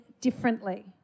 differently